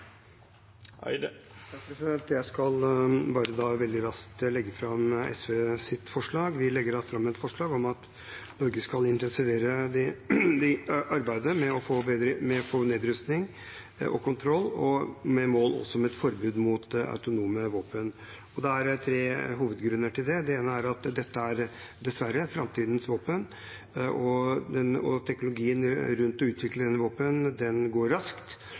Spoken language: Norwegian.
Jeg skal bare veldig raskt legge fram SVs forslag. Vi legger fram et forslag om at Norge skal intensivere arbeidet med å få nedrustning og kontroll, med mål om et forbud mot autonome våpen også. Det er tre hovedgrunner til det. Den ene er at dette dessverre er framtidens våpen. Teknologien til å utvikle denne typen våpen går raskt,